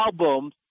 albums